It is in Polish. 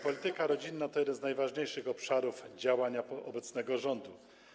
Polityka rodzinna to jeden z najważniejszych obszarów działania obecnego rządu.